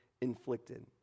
inflicted